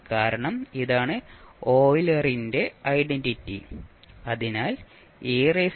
കാരണം ഇതാണ് ഓയിലറിന്റെ ഐഡന്റിറ്റി Eulers identity